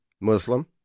Muslim